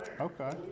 Okay